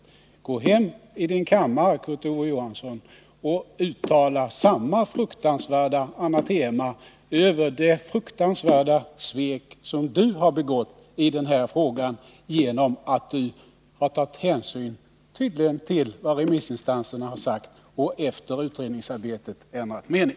Kurt Ove Johansson bör gå hem i sin kammare och uttala samma fruktansvärda anatema över det gruvliga svek som han själv har begått i den här frågan när han tydligen har tagit hänsyn till vad remissinstanserna har sagt och efter utredningsarbetet ändrat mening.